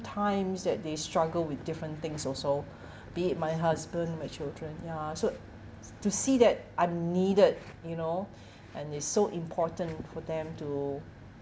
times that they struggle with different things also be it my husband my children ya so to see that I'm needed you know and it's so important for them to